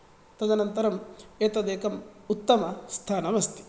तदनन्तरम् एतद् एकं उत्तमस्थानम् अस्ति